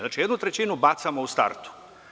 Znači, jednu trećinu bacamo u startu.